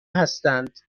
هستند